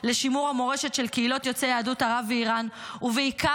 לשימור המורשת של קהילות יוצאי יהדות ערב ואיראן ובעיקר